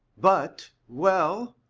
but well,